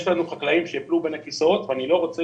יש לנו חקלאים שייפלו בין הכיסאות ואני לא רוצה